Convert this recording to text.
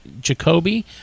Jacoby